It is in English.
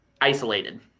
isolated